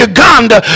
Uganda